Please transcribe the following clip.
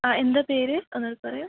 ആ എന്താ പേര് ഒന്ന് കൂടെ പറയൂ